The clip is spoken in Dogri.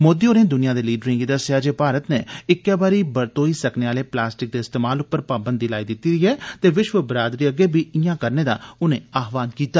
मोदी होरें दुनिया दे लीडरें गी दस्सेआ जे भारत नै इक्कै बारी बरतोई सकने आले प्लास्टिक दे इस्तेमाल पर पाबंदी लाई दित्ती ऐ ते विश्व बरादरी गी बी इआं करने दा आह्वाण कीता